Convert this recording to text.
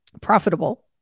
Profitable